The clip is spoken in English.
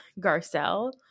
garcelle